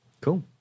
Cool